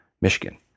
Michigan